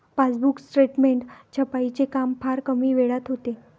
passbook statement छपाईचे काम फार कमी वेळात होते